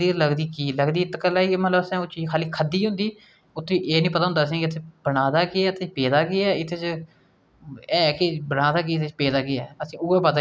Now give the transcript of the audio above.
दौ बीघा जमीन दौ बीघा जमीन च आक्खना चाहंदे न की इक्क भाई लालच च की मेरे कोल जमीन घट्ट ऐ ते में सारी जमीन नापी लैङ ते ओह् सबैह्रे कोला लेइयै शामीं धोड़ी दौड़दा रेहा